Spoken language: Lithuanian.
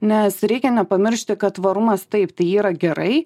nes reikia nepamiršti kad tvarumas taip tai yra gerai